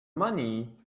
money